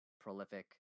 prolific